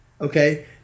Okay